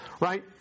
right